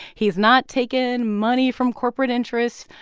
he has not taken money from corporate interests.